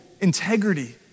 integrity